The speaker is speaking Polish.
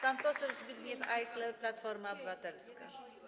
Pan poseł Zbigniew Ajchler, Platforma Obywatelska.